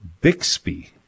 Bixby